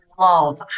love